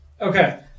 Okay